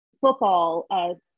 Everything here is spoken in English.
football